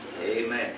Amen